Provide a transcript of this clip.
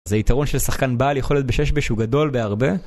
זה יתרון של שחקן בעל יכולת בשש בש גדול בהרבה.